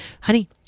honey